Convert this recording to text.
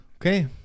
Okay